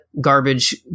garbage